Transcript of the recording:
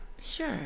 sure